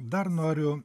dar noriu